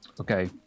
okay